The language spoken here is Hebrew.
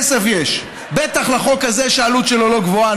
כסף יש, בטח לחוק כזה, שהעלות שלו לא גבוהה.